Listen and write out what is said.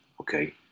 Okay